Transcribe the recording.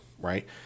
right